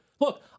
Look